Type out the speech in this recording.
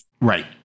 Right